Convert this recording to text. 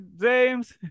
James